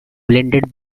blinded